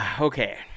Okay